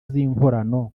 z’inkorano